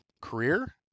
career